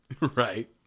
Right